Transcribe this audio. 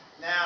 now